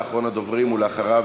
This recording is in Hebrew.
לא רוצה, רגע רגע.